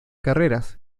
carreras